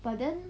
but then